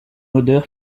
odeur